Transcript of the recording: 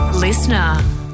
Listener